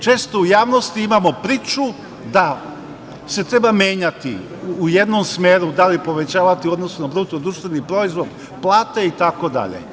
Često u javnosti imamo priču da se treba menjati u jednom smeru, da li povećavati u odnosu na BDP plate itd.